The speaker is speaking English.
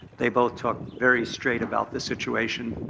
they both talk very straight about the situation.